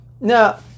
Now